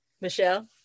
Michelle